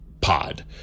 pod